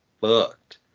fucked